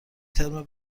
ترم